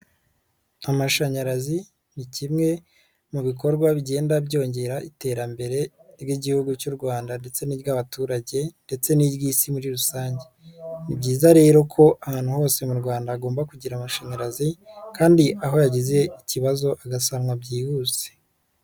Amashanyarazi ni kimwe mu bikorwa bigenda byongera iterambere ry'Igihugu cy'u Rwanda ndetse n'iry'abaturage ndetse n'iry'isi muri rusange, ni byiza rero ko ahantu hose mu Rwanda agomba kugera amashanyarazi kandi aho yagize ikibazo agasanwa byihuse.